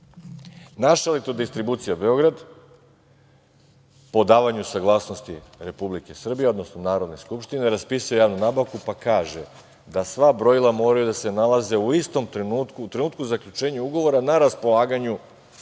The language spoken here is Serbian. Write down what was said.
evra, tog tipa. Naša EDB, po davanju saglasnosti Republike Srbije, odnosno Narodne skupštine, raspisuje javnu nabavku pa kaže da sva brojila moraju da se nalaze u trenutku zaključenja ugovora na raspolaganju